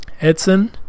Edson